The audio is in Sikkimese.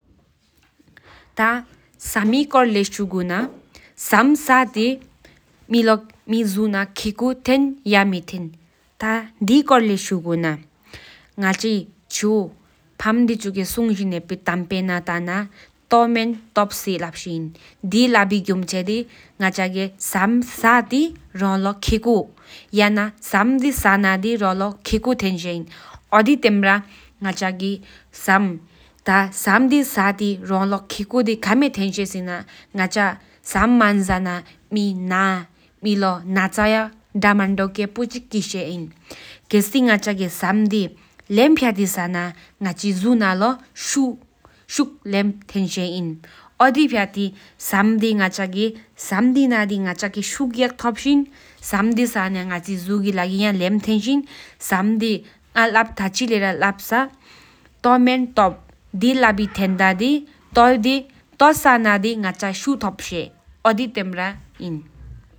ཐ་ས་མི་སོར་ལེ་སྒོར་ལེ་ཤུག་ན་སམ་ས་ཏི་མི་ཇོ་ན་ཁེ་ཁོ་ཐན་ཡ་མེ་ཐན་ལབ་ཏི་དེ་སོར་ལེ་ཤུག་ན་ང་ཆི་ཆུ་ཕམ་དེ་ཆུ་གི་སྒུང་ཅེན་ཧེ་པི་ཏམ་ལབ་གུ་ན་ཐོ་མེན་ཐོ་མེན་ཐོབ་ལབ་ཤི། དེ་ལ་བོ་གྱུམ་ཆེ་དེ་ང་ཆི་གི་སམ་ས་ན་ང་ཆི་ཁེ་ཁོ་དེ་ལོ་ཐོབ་སི་ལབ་ཤི་པ་པི་ཐན། ང་ཆ་སམ་མན་ཇ་ན་ང་ཆ་ན་ཤེ་ཨིན་ཨོ་དི་ཅི་ཀོ་མེན་བ་ང་ཆ་གི་སམ་དེ་དེ་ཐེ་ཅི་མན་ཇ་ན་མི་ཉུང་སོེ་ཨིན་པ། ཨོ་དི་ཕྱ་ཏི་ཐོ་མེན་ལབ་ཏི་ང་ཆ་སམ་ས་ན་ང་ཆ་ཨི་ཇ་ན་ཡ་ལེམ་ཐེན་ཤེ་ཨིན།